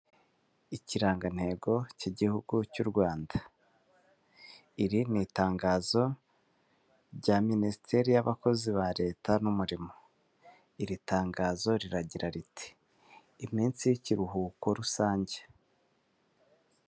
Ikirangantego cy'igihugu cy'u Rwanda, iri ni itangazo rya Minisiteri y'abakozi ba leta n'umurimo, iri tangazo riragira riti iminsi y'ikiruhuko rusange.